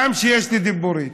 גם כשיש לי דיבורית.